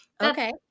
okay